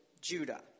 Judah